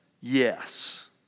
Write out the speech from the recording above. Yes